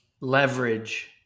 leverage